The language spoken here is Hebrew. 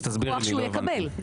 כן כוח שהוא יקבל.